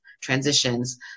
transitions